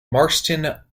marston